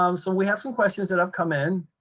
um so, we have some questions that have come in,